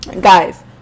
guys